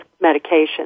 medication